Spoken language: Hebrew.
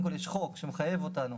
*כל, יש חוק שמחייב אותנו,